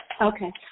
Okay